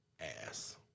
ass